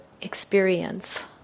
Experience